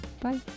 Bye